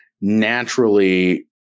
naturally